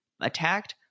attacked